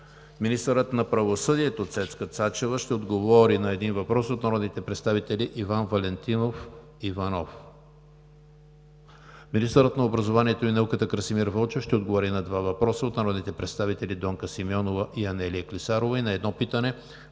Министърът на правосъдието Цецка Цачева ще отговори на един въпрос от народния представител Иван Валентинов Иванов. Министърът на образованието и науката Красимир Вълчев ще отговори на два въпроса от народните представители Донка Симеонова; и Анелия Клисарова и на едно питане